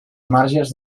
marges